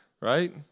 Right